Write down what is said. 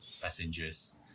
passengers